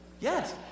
Yes